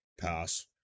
pass